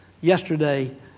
yesterday